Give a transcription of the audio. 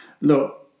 Look